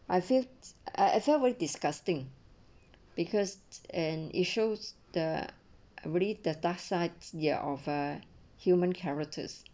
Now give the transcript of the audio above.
I feel I felt really disgusting because and it shows the every data sites ya of a human characters